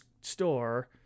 store